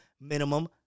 minimum